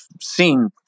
seen